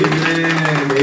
Amen